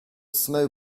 snow